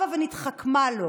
הבה ונתחכמה לו.